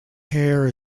hair